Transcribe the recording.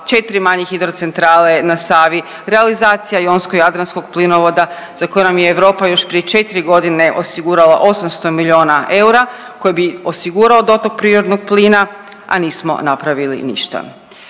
2, 4 manje hidrocentrale na Savi, realizacija Jonsko-jadranskog plinovoda za koji nam je Europa još prije 4.g. osigurala 800 milijuna eura koji bi osigurao dotok prirodnog plina, a nismo napravili ništa.